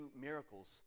miracles